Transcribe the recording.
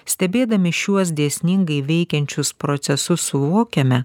stebėdami šiuos dėsningai veikiančius procesus suvokiame